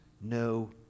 no